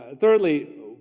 Thirdly